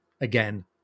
again